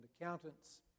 accountants